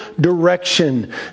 direction